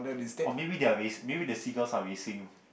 or maybe they are race maybe the seagulls are racing